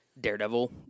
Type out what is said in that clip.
daredevil